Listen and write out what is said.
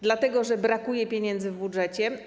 Dlatego że brakuje pieniędzy w budżecie.